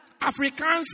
Africans